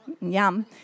Yum